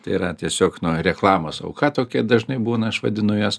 tai yra tiesiog nu reklamos auka tokia dažnai būna aš vadinu jas